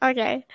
Okay